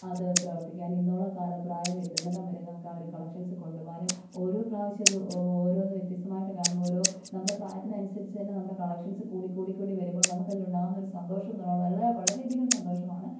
അത് പ്രവർത്തിക്കാൻ ഇന്നോളം കാലപ്രായം എത്തുന്നിടം വരെ നമുക്ക് ആ ഒരു കളക്ഷൻസ് കൊണ്ടുപോവാനും ഓരോ പ്രാവശ്യം അത് ഓരോന്ന് വ്യത്യസ്തമായിട്ട് കാണുമ്പോൾ ഓരോ നമ്മുടെ പ്രായത്തിനുസരിച്ച് തന്നെ നമ്മുടെ കളക്ഷൻസ് കൂടി കൂടിക്കൂടി വരുമ്പോൾ നമുക്കതിലുണ്ടാവുന്ന ഒരു സന്തോഷം എന്നുള്ളത് വളരെയധികം സന്തോഷമാണ്